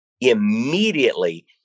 immediately